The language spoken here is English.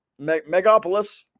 megapolis